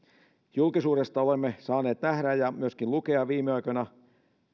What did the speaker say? julkisuudesta olemme saaneet nähdä ja myöskin lukea viime aikoina